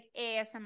ASMR